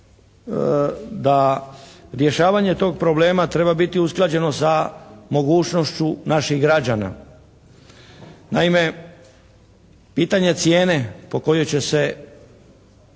da rješavanje tog problema treba biti usklađeno sa mogućnošću naših građana. Naime, pitanje cijene po kojoj će se